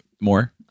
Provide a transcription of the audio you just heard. More